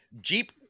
Jeep